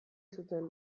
zuten